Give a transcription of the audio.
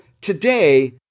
today